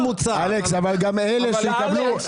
הכלל המארגן הוא ההוצאות שהן תחליפיות ליציאה לעבודה,